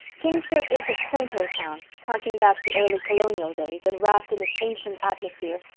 kingsport is a quaint old town, hearking back to early colonial days, and wrapped in its ancient atmosphere,